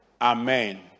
amen